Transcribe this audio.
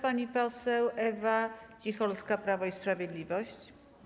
Pani poseł Ewa Cicholska, Prawo i Sprawiedliwość.